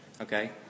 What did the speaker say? okay